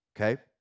Okay